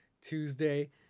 Tuesday